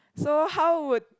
so how would